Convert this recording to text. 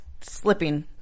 slipping